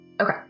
Okay